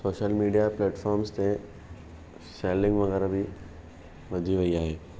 social media platforms ते selling वग़ैरह बि वधी वई आहे